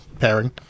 pairing